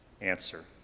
answer